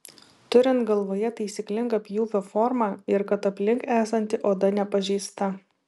turint galvoje taisyklingą pjūvio formą ir kad aplink esanti oda nepažeista